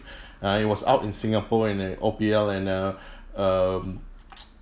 uh it was out in singapore in a O_P_L and uh um